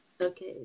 Okay